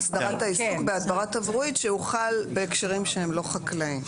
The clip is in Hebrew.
חוק הסדרת העיסוק בהדברה תברואית שהוא חל בהקשרים שהם לא חקלאיים.